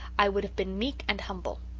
i would have been meek and humble.